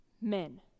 men